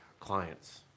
clients